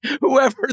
whoever